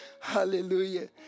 Hallelujah